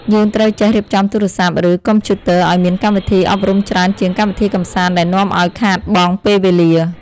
យើងត្រូវចេះរៀបចំទូរស័ព្ទ ឬកុំព្យូទ័រឱ្យមានកម្មវិធីអប់រំច្រើនជាងកម្មវិធីកម្សាន្តដែលនាំឱ្យខាតបង់ពេលវេលា។